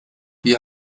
wie